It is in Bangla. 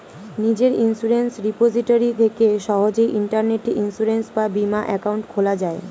নিজের ইন্সুরেন্স রিপোজিটরি থেকে সহজেই ইন্টারনেটে ইন্সুরেন্স বা বীমা অ্যাকাউন্ট খোলা যায়